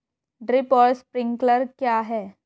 Drip और sprinkler क्या हैं?